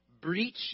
breach